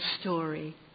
story